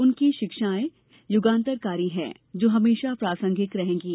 उनकी शिक्षाएं युगांतरकारी हैं जो हमेशा प्रासंगिक रहेंगीं